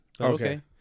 Okay